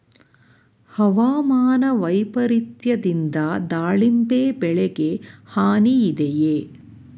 ಹವಾಮಾನ ವೈಪರಿತ್ಯದಿಂದ ದಾಳಿಂಬೆ ಬೆಳೆಗೆ ಹಾನಿ ಇದೆಯೇ?